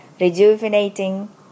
rejuvenating